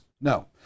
No